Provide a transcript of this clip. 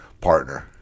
partner